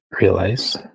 realize